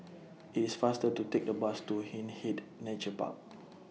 IT IS faster to Take The Bus to Hindhede Nature Park